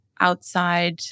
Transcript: outside